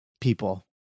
people